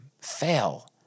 fail